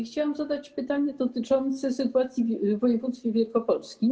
Chciałam zadać pytanie dotyczące sytuacji w województwie wielkopolskim.